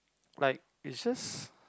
like it's just